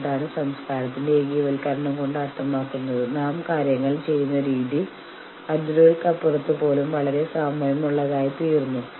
തുടർന്ന് ആ കൂട്ടായ്മയുടെ ഒരു യൂണിറ്റിനെ പ്രതിനിധീകരിച്ച് കാര്യങ്ങൾ ചെയ്തുതീർക്കാൻ ചർച്ച നടത്തുന്നു